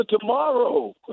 tomorrow